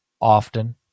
often